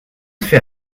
fait